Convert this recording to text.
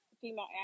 female